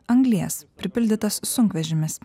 anglies pripildytas sunkvežimis